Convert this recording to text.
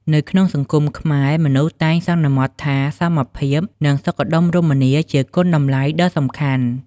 នៅក្នុងសង្គមខ្មែរ មនុស្សតែងសន្មតថាសមភាព និងសុខដុមរមនាជាគុណតម្លៃដ៏សំខាន់។